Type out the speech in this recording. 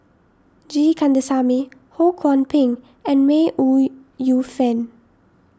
G Kandasamy Ho Kwon Ping and May Ooi Yu Fen